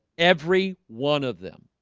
every one of them,